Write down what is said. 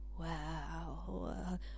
wow